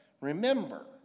remember